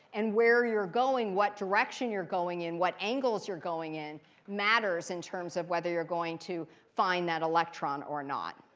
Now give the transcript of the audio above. and where you're going, what direction you're going in, what angles you're going in matters in terms of whether you're going to find that electron or not.